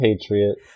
Patriot